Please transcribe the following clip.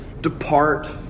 depart